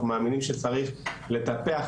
אנחנו מאמינים שצריך לטפח,